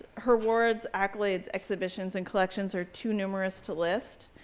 her words, accolades, exhibitions, and collections are too numerous to list.